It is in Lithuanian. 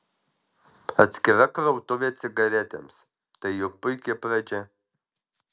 atskira krautuvė cigaretėms tai juk puiki pradžia